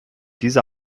dieser